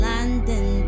London